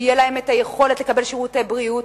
שתהיה להם היכולת לקבל שירותי בריאות,